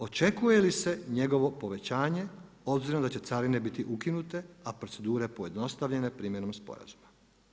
Očekuje li se njegovo povećanje obzirom da će carine biti ukinute a procedure pojednostavljene primjenom sporazuma?